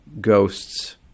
ghosts